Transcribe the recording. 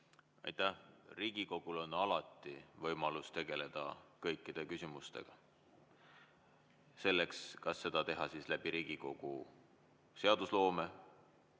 Aitäh! Riigikogul on alati võimalus tegeleda kõikide küsimustega. Kas seda teha läbi Riigikogu seadusloome,